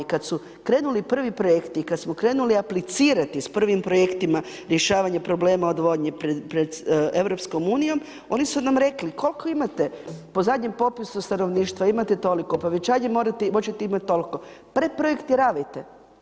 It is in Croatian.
Kad su krenuli prvi projekti, kad smo krenuli aplicirati sa prvim projektima rješavanje problema odvodnje pred EU, oni su nam rekli koliko imate po zadnjem popisu stanovništva imate toliko, povećanje hoćete imati toliko, preprojektiravajte.